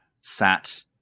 sat